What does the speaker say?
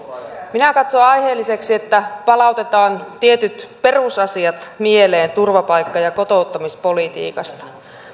minä katson aiheelliseksi että palautetaan mieleen tietyt perusasiat turvapaikka ja kotouttamispolitiikasta